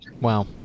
Wow